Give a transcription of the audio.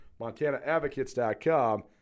MontanaAdvocates.com